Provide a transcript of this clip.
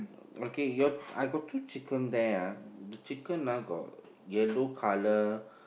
okay ya I got two chicken there ah the chicken ah got yellow colour